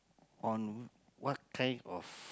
on what kind of